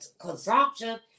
consumption